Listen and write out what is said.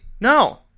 No